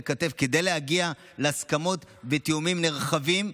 כתף כדי להגיע להסכמות ותיאומים נרחבים,